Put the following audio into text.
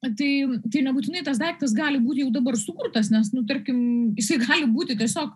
tai tai nebūtinai tas daiktas gali būti jau dabar sukurtas nes nu tarkim jisai gali būti tiesiog